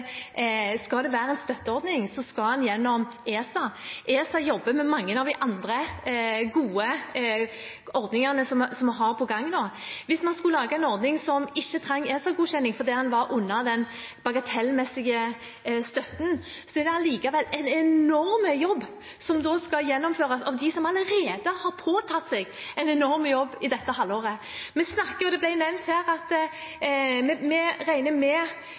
det skal være en støtteordning, skal den gjennom ESA. ESA jobber med mange av de andre gode ordningene som vi har på gang nå. Hvis man skulle lage en ordning som ikke trenger ESA-godkjenning fordi den lå under den bagatellmessige støtten, er det likevel en enorm jobb som da skal gjennomføres av dem som allerede har påtatt seg en enorm jobb i dette halvåret. Det ble nevnt her at vi regner med